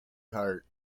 cart